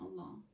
Allah